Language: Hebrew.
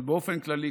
אבל באופן כללי,